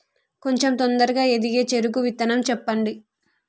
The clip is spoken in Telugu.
కొంచం తొందరగా ఎదిగే చెరుకు విత్తనం చెప్పండి?